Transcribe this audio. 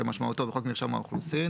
כמשמעותו בחוק מרשם האוכלוסין,